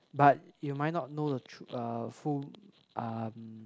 but you might not know the true uh full um